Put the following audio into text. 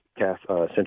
Central